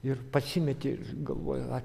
ir pasimeti ir galvoji a